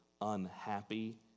unhappy